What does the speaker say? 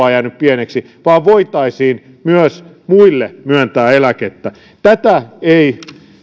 on jäänyt pieneksi vaan voitaisiin myös muille myöntää eläkettä tätä ei